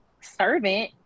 servant